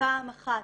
פעם אחת